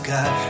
God